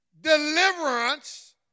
deliverance